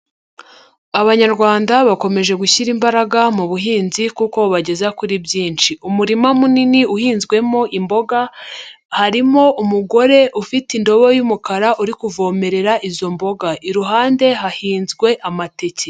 Abanyarwanda bakomeje gushyira imbaraga mu buhinzi kuko bubageza kuri byinshi. Umurima munini uhinzwemo imboga, harimo umugore ufite indobo y'umukara uri kuvomerera izo mboga. Iruhande hahinzwe amateke.